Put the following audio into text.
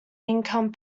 incoming